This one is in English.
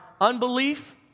unbelief